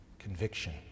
Conviction